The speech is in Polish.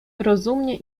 rozumnie